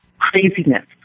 Craziness